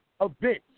events